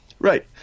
Right